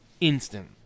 Instant